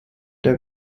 der